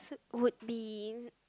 would be